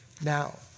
now